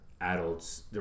adults